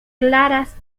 claras